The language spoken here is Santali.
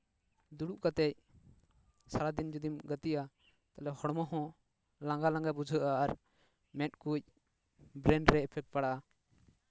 ᱫᱩᱲᱩᱵ ᱠᱟᱛᱮᱜ ᱥᱟᱨᱟᱫᱤᱱ ᱡᱩᱫᱤᱢ ᱜᱟᱛᱮᱜᱼᱟ ᱛᱟᱦᱞᱮ ᱦᱚᱲᱢᱚ ᱦᱚᱸ ᱞᱟᱸᱜᱟ ᱞᱟᱸᱜᱟ ᱵᱩᱡᱷᱟᱹᱜᱼᱟ ᱟᱨ ᱢᱮᱫ ᱠᱚ ᱵᱨᱮᱹᱱ ᱨᱮ ᱤᱯᱷᱮᱠᱴ ᱯᱟᱲᱟᱜᱼᱟ